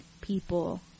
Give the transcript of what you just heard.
people